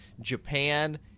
Japan